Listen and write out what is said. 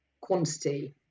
quantity